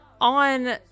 On